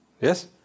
Yes